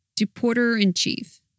deporter-in-chief